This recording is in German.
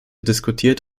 diskutiert